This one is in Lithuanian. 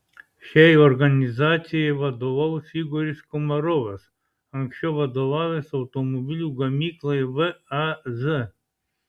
šiai organizacijai vadovaus igoris komarovas anksčiau vadovavęs automobilių gamyklai vaz